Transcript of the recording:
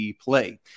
play